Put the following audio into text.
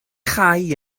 chau